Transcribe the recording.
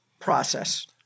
process